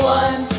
one